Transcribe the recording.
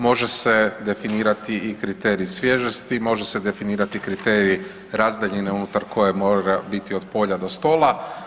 Može se definirati i kriterij svježesti, može se definirati kriterij razdaljine unutar koje mora biti od polja do stola.